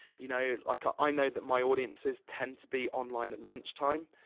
you know, like, ah i know that my audiences tend to be online at lunch time,